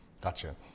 Gotcha